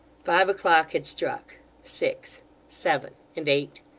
five o'clock had struck six seven and eight.